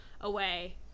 away